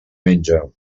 menja